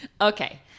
Okay